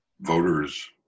voters